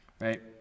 Right